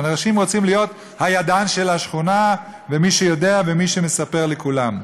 שאנשים רוצים להיות הידען של השכונה ומי שיודע ומי שמספר לכולם.